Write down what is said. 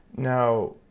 now,